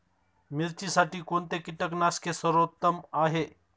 मिरचीसाठी कोणते कीटकनाशके सर्वोत्तम आहे?